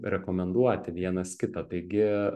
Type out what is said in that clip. rekomenduoti vienas kitą taigi